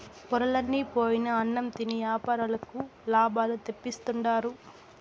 పొరలన్ని పోయిన అన్నం తిని యాపారులకు లాభాలు తెప్పిస్తుండారు